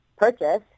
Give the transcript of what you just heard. purchase